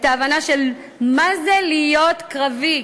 את ההבנה של מה זה להיות קרבי,